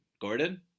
Gordon